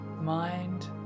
Mind